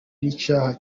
n’icyaha